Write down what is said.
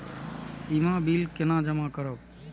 सीमा bill केना जमा करब?